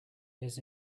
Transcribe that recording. his